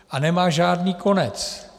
A nemá žádný konec.